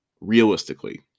realistically